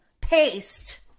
Paste